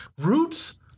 roots